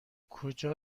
کجا